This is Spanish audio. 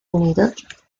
unidos